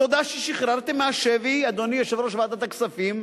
תודה ששחררתם מהשבי, אדוני יושב-ראש ועדת הכספים,